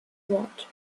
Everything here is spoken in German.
wort